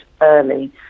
early